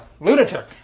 lunatic